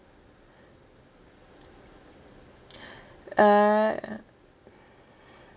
uh